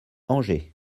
angers